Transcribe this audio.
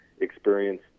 experience